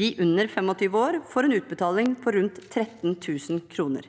De under 25 år får en utbetaling på rundt 13 000 kr.